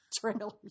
trailers